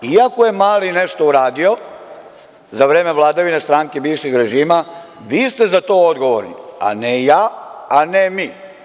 I ako je Mali nešto uradio za vreme vladavine stranke bivšeg režima, vi ste za to odgovorni, a ne ja, ne mi.